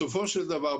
בסופו של דבר,